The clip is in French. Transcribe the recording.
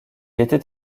était